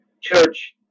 Church